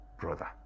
brother